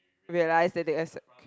realize that they accept